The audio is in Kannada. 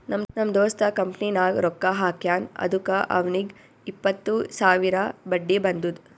ನಮ್ ದೋಸ್ತ ಕಂಪನಿನಾಗ್ ರೊಕ್ಕಾ ಹಾಕ್ಯಾನ್ ಅದುಕ್ಕ ಅವ್ನಿಗ್ ಎಪ್ಪತ್ತು ಸಾವಿರ ಬಡ್ಡಿ ಬಂದುದ್